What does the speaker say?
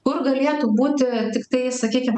kur galėtų būti tiktai sakykim